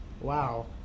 Wow